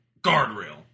guardrail